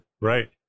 Right